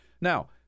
Now